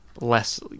less